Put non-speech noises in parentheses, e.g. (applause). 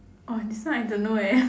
orh this one I don't know eh (laughs)